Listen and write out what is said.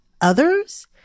others